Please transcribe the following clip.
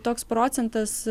toks procentas